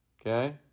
Okay